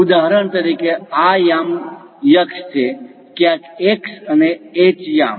ઉદાહરણ તરીકે આ યામ અક્ષ છે ક્યાંક x અને h યામ